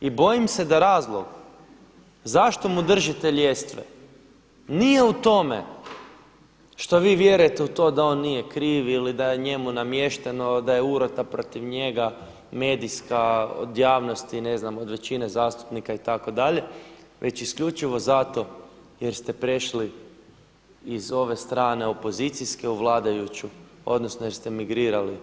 I bojim se da razlog zašto mu držite ljestve nije u tome što vi vjerujte u to da on nije kriv ili da je njemu namješteno, da je urota protiv njega medijska, od javnosti, ne znam od većine zastupnika itd. već isključivo zato jer ste prešli iz ove strane opozicijske u vladajuću, odnosno jer ste migrirali